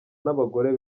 n’abagore